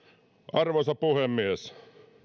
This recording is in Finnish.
arvoisa puhemies